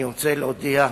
אני רוצה להודיע,